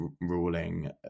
ruling